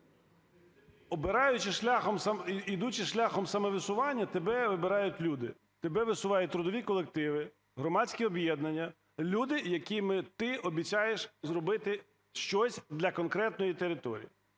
ідучи шляхом самовисування, тебе вибирають люди, тебе висувають трудові колективи, громадські об'єднання, люди, яким ти обіцяєш зробити щось для конкретної території.